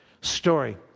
Story